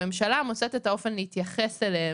הממשלה מוצאת את האופן להתייחס אליהם,